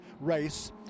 race